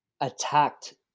attacked